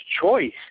choice